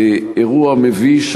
אירוע מביש,